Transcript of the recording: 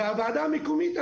ואף הוועדה המקומית,